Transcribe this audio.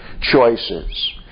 choices